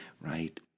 right